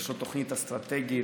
יש לו תוכנית אסטרטגית.